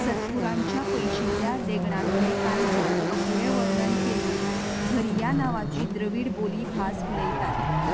सतपुरांच्या पयशिल्ल्या देगणांतले कांय जाण अपुरें वर्णन केल्ली भरिया नांवाची द्रवीड बोली भास उलयतात